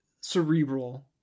cerebral